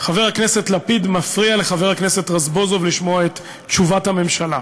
חבר הכנסת לפיד מפריע לחבר הכנסת רזבוזוב לשמועת את תשובת הממשלה.